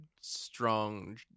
strong